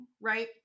right